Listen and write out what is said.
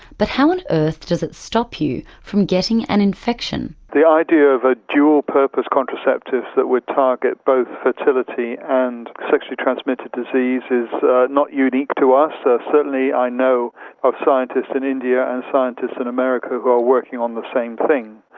but how on earth does it stop you from getting an infection? the idea of a dual purpose contraceptive that would target both fertility and sexually transmitted diseases are not unique to us. certainly i know of scientists in india and scientists in america who are working on the same thing.